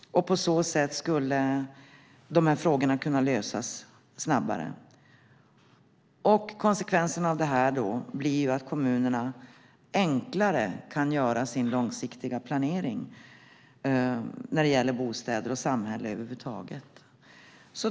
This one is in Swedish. På så sätt skulle de här frågorna kunna lösas snabbare. Konsekvensen av det blir att kommunerna enklare kan göra sin långsiktiga planering när det gäller bostäder och samhälle över huvud taget.